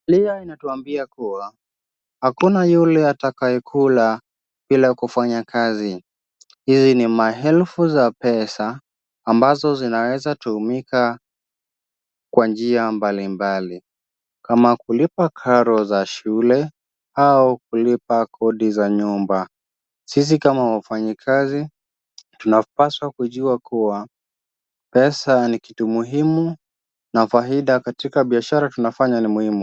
Bibilia inatuambia kuwa, hakuna yule atakaye kula bila kufanya kazi. Hizi ni maelfu ya pesa ambazo zinaweza tumika kwa njia mbalimbali kama kulipa karo za shule au kulipa kodi za nyumba. Sisi kama wafanyikazi tunapaswa kujua kuwa pesa ni kitu muhimu na faida katika biashara tunafanya ni muhimu.